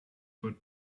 for